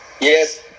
Yes